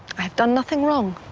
i've done nothing wrong.